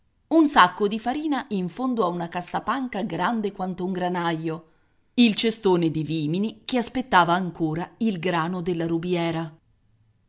un sacco di farina in fondo a una cassapanca grande quanto un granaio il cestone di vimini che aspettava ancora il grano della rubiera